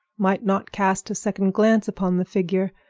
might not cast a second glance upon the figure.